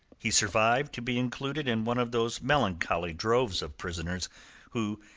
he survived to be included in one of those melancholy droves of prisoners who,